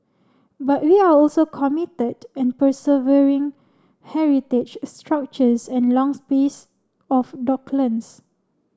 but we are also committed and preserving heritage structures and lung space of docklands